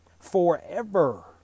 Forever